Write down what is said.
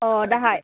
अ दाहाय